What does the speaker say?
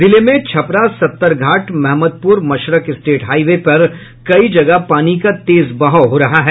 जिले में Chhapra Sattar Ghat Mohammadpur Mashrakh state highway पर कई जगह पानी का तेज बहाव हो रहा है